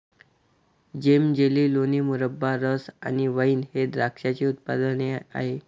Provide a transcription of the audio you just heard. जेम, jelly, लोणी, मुरब्बा, रस आणि वाइन हे द्राक्षाचे उत्पादने आहेत